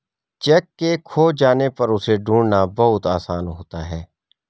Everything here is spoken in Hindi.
चैक के खो जाने पर उसे ढूंढ़ना बहुत आसान होता है